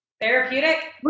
therapeutic